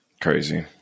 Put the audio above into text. Crazy